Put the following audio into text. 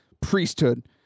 priesthood